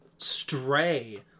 Stray